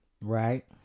Right